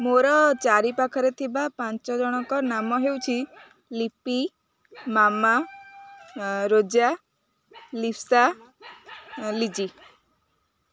ମୋର ଚାରିପାଖରେ ଥିବା ପାଞ୍ଚ ଜଣଙ୍କ ନାମ ହେଉଛି ଲିପି ମାମା ରୋଜା ଲିପ୍ସା ଲିଜି